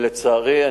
לצערי,